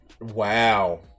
wow